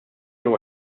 huwa